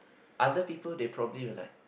other people they probably will like